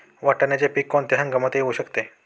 वाटाण्याचे पीक कोणत्या हंगामात येऊ शकते?